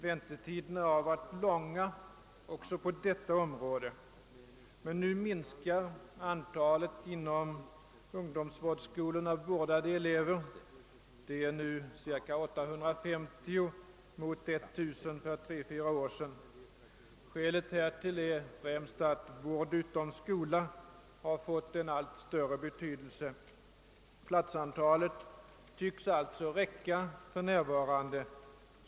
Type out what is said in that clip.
Väntetiderna har varit långa också på detta område. Men nu minskar antalet inom ungdomsvårdsskolorna vårdade elever. Det är nu cirka 850 mot 1 000 för tre, fyra år sedan. Skälet härtill är främst att vård utom skola fått en allt större betydelse. Platsantalet vid ungdomsvårdsskolorna tycks alltså räcka för närvarande.